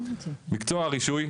מקצוע הסיעוד,